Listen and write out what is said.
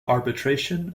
arbitration